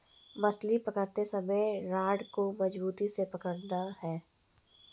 मछली पकड़ते समय रॉड को मजबूती से पकड़ना है